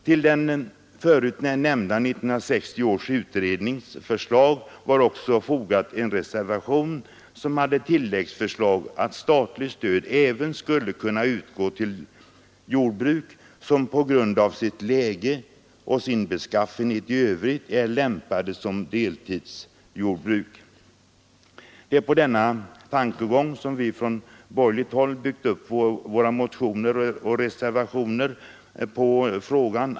Till förut nämnda 1960 års utrednings förslag var också fogad en reservation som hade tilläggsförslaget att statligt stöd även skulle kunna utgå till jordbruk ”som på grund av sitt läge och sin beskaffenhet i övrigt är lämpade som deltidsjordbruk”. Det är på denna tankegång som vi från borgerligt håll byggt upp våra motioner och reservationer i denna fråga .